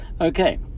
okay